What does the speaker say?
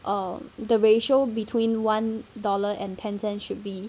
um the ratio between one dollar and ten cent should be